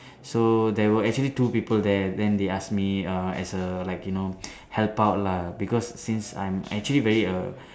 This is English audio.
so there were actually two people there then they ask me uh as a like you know help out lah because since I'm actually very a